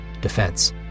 Defense